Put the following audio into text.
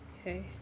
Okay